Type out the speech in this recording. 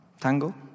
tango